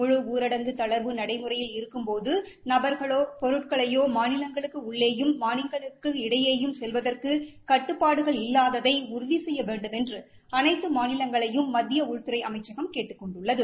முழு ஊரடங்கு தளர்வு நடைமுறையில் இருக்கும்போது நபர்களோ பொருட்களையோ மாநிலங்களுக்கு உள்ளேயும் மாநிலங்களுக்கு இடையேயும் செல்வதற்கு கட்டுப்பாடுகள் இல்லாததை உறுதி செய்ய வேண்டுமென்று அனைத்து மாநிலங்களையும் மத்திய உள்துறை அமைச்சகம் கேட்டுக் கொண்டுள்ளது